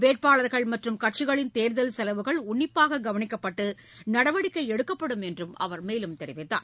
வேட்பாளர்கள் மற்றும் கட்சிகளின் தேர்தல் செலவுகள் உன்னிப்பாககவனிக்கப்பட்டு நடவடிக்கைஎடுக்கப்படும் என்றுஅவர் மேலும் தெரிவித்தார்